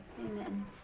Amen